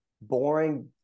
boring